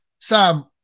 Sam